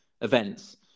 events